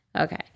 Okay